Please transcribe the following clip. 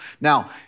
Now